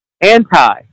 anti